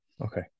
Okay